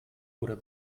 oder